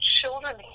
children